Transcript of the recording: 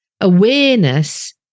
Awareness